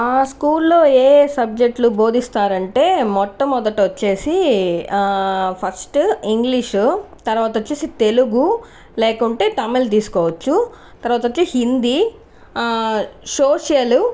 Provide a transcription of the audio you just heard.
ఆ స్కూల్లో ఏయే సబ్జెక్ట్లు బోధిస్తారంటే మొట్టమొదట వచ్చేసి ఫస్టు ఇంగ్లీషు తర్వాతొచ్చేసి తెలుగు లేకుంటే తమిళ్ తీస్కోవచ్చు తర్వాత వచ్చి హిందీ సోషలు